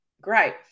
great